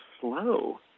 slow